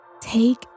Take